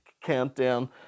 countdown